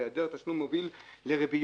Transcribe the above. והיעדר תשלום מוביל לריביות,